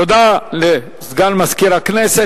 תודה לסגן מזכירת הכנסת.